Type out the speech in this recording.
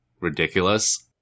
ridiculous